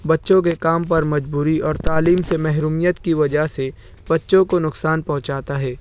بچوں کے کام پر مجبوری اور تعلیم سے محرومیت کی وجہ سے بچوں کو نقصان پہنچاتا ہے